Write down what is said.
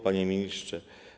Panie Ministrze!